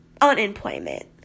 unemployment